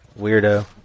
Weirdo